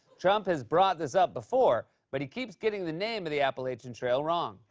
trump has brought this up before, but he keeps getting the name of the appalachian trail wrong.